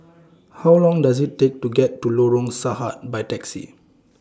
How Long Does IT Take to get to Lorong Sarhad By Taxi